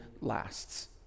lasts